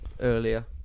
earlier